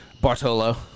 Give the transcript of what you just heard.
Bartolo